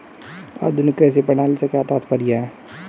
आधुनिक कृषि प्रणाली से क्या तात्पर्य है?